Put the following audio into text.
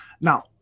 Now